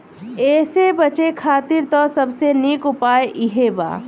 एसे बचे खातिर त सबसे निक उपाय इहे बा